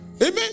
Amen